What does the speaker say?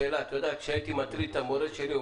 כשהייתי מטריד את המורה שלי,